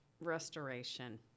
restoration